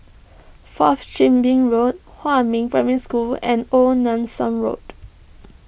Fourth Chin Bee Road Huamin Primary School and Old Nelson Road